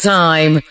time